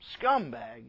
scumbag